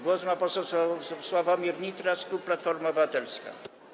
Głos ma poseł Sławomir Nitras, klub Platforma Obywatelska.